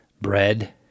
bread